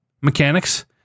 mechanics